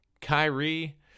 Kyrie